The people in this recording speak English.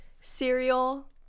cereal